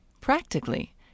Practically